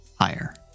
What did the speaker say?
Higher